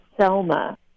Selma